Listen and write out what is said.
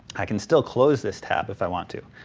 i can still close this tab if i want to.